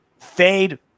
fade